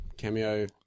Cameo